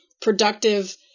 productive